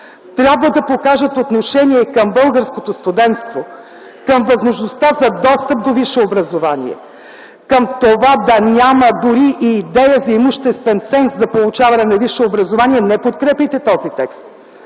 трябва да покажат отношение към българското студентство, към възможността за достъп до висше образование, към това да няма дори и идея за имуществен ценз за получаване на висше образование, не подкрепяйте този текст.